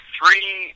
Three